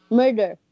murder